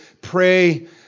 pray